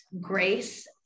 grace